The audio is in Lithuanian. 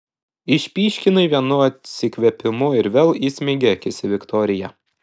išpyškinai vienu atsikvėpimu ir vėl įsmeigei akis į viktoriją